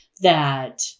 that-